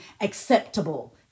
acceptable